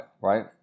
right